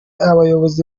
abayobozi